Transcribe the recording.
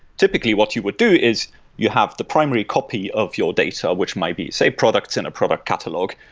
typically what you would do is you have the primary copy of your data which might be, say, products in a product catalog,